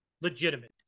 legitimate